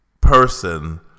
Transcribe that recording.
person